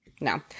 No